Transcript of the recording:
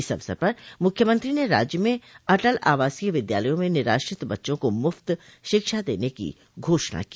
इस अवसर पर मुख्यमंत्री ने राज्य में अटल आवासीय विद्यालयों में निराश्रित बच्चों को मुफ्त शिक्षा देने की घोषणा की